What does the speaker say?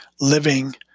living